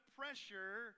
pressure